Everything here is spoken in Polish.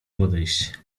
podejść